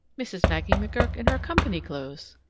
mrs. maggie mcgurk in her company clothes!